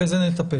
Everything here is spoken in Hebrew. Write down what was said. בזה נטפל.